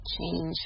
change